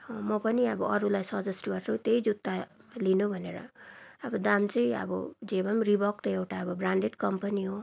म पनि अब अरूलाई सजेस्ट गर्छु त्यही जुत्ता लिनु भनेर अब दाम चाहिँ अब जे भए रिबोक त एउटा अब ब्रान्डेड कम्पनी हो